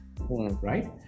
right